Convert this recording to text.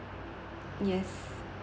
yes